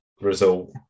result